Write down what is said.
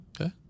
okay